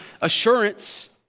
assurance